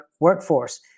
workforce